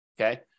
Okay